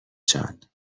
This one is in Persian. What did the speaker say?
جان